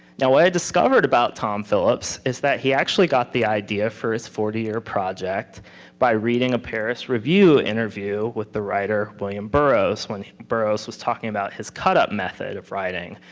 yeah what i discovered about tom phillips is that he actually got the idea for his forty-year project by reading a paris review interview with the writer william burroughs, when burroughs was talking about his cut-up method of writing,